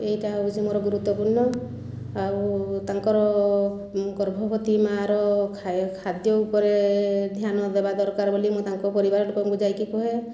ଏଇଟା ହେଉଛି ମୋର ଗୁରୁତ୍ଵପୂର୍ଣ୍ଣ ଆଉ ତାଙ୍କର ଗର୍ଭବତୀ ମା'ର ଖାଦ୍ୟ ଉପରେ ଧ୍ୟାନ ଦେବା ଦରକାର ବୋଲି ମୁଁ ତାଙ୍କ ପରିବାରଲୋକଙ୍କୁ ଯାଇକି କହେ